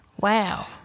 Wow